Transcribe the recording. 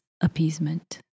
appeasement